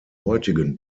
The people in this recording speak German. heutigen